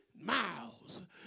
miles